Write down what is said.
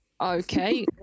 Okay